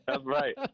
right